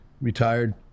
retired